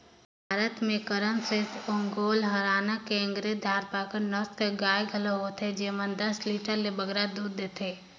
भारत में करन स्विस, ओंगोल, हराना, केकरेज, धारपारकर नसल कर गाय घलो होथे जेमन दस लीटर ले बगरा दूद देथे